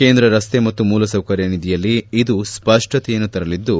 ಕೇಂದ್ರ ರಸ್ತೆ ಮತ್ತು ಮೂಲಸೌಕರ್ಯ ನಿಧಿಯಲ್ಲಿ ಇದು ಸ್ಪಷ್ಟತೆಯನ್ನು ತರಲಿದ್ದು